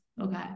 Okay